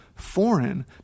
Foreign